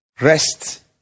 rest